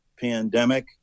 pandemic